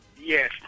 Yes